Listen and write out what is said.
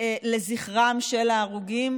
לזכרם של ההרוגים,